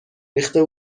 ریخته